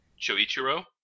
Choichiro